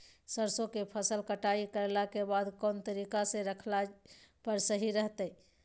सरसों के फसल कटाई करला के बाद कौन तरीका से रखला पर सही रहतय?